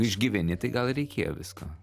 išgyveni tai gal reikėjo visko